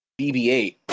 BB-8